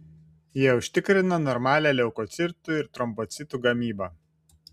jie užtikrina normalią leukocitų ir trombocitų gamybą